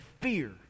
fear